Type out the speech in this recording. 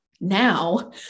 now